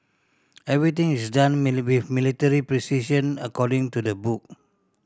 everything is done military precision according to the book